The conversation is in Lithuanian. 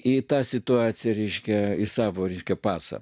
į tą situaciją ryškią į savo ryškiu pasą